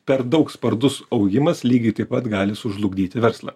per daug spartus augimas lygiai taip pat gali sužlugdyti verslą